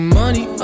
money